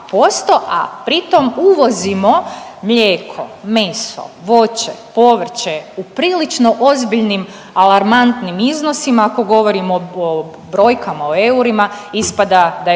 a pritom uvozimo mlijeko, meso, voće, povrće u prilično ozbiljnim, alarmantnim iznosima ako govorimo o brojkama, o eurima ispada da je